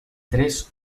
tres